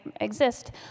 exist